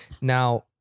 Now